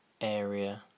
area